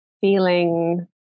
feeling